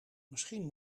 misschien